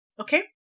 Okay